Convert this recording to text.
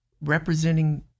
representing